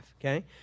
okay